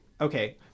Okay